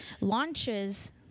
launches